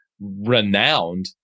renowned